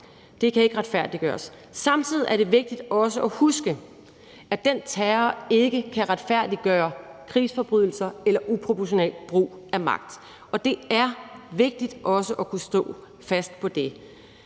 Det kan ikke retfærdiggøres. Samtidig er det vigtigt også at huske, at den terror ikke kan retfærdiggøre krigsforbrydelser eller uproportional brug af magt, og det er vigtigt også at kunne stå fast på det.